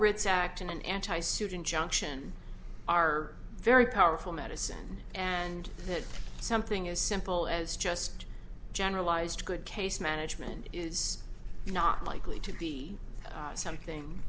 writs act in an anti suit injunction are very powerful medicine and that something as simple as just generalized good case management is not likely to be something